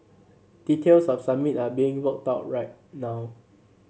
details of Summit are being worked out right now